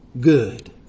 good